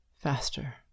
faster